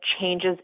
changes